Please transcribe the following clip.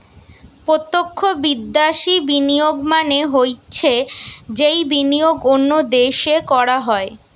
প্রত্যক্ষ বিদ্যাশি বিনিয়োগ মানে হৈছে যেই বিনিয়োগ অন্য দেশে করা হয়